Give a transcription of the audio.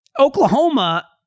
Oklahoma